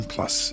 Plus